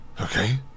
okay